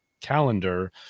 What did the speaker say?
calendar